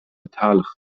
تلخ